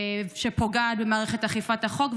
שפוגעת במערכת אכיפת החוק,